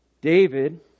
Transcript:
David